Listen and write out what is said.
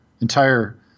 entire